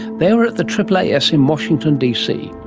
they were at the aaas in washington dc